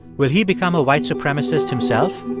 will he become a white supremacist himself?